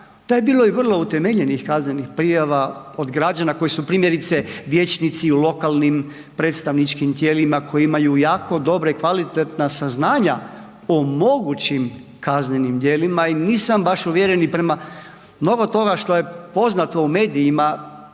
tu je bilo i vrlo utemeljenih kaznenih prijava od građana koji su primjerice vijećnici u lokalnim predstavničkim tijelima, koji imaju jako dobra i kvalitetna saznanja o mogućim kaznenim dijelima i nisam baš uvjereni prema mnogo toga što je poznato u medijima